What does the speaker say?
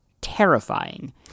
terrifying